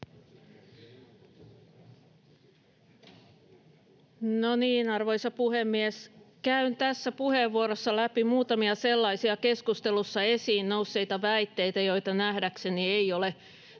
Arvoisa puhemies! Käyn tässä puheenvuorossani läpi muutamia sellaisia keskustelussa esiin nousseita väitteitä, joita nähdäkseni ei ole